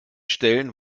stellen